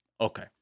okay